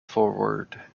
forward